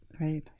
Right